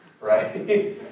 right